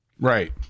Right